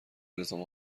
الزام